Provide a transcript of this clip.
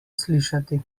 slišati